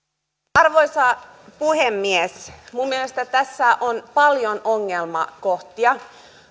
arvoisa puhemies minun mielestäni tässä on paljon ongelmakohtia